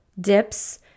dips